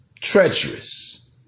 treacherous